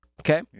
Okay